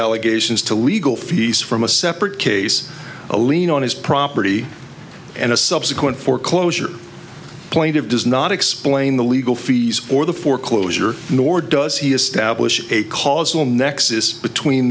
allegations to legal fees from a separate case a lien on his property and a subsequent foreclosure plaintive does not explain the legal fees or the foreclosure nor does he establish a causal nexus between